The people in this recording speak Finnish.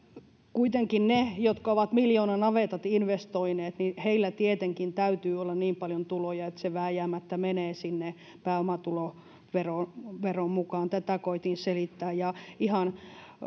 kuitenkin niillä jotka ovat miljoonanavetat investoineet tietenkin täytyy olla niin paljon tuloja että se vääjäämättä menee sen pääomatuloveron mukaan tätä koetin selittää ihan